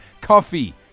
coffee